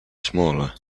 smaller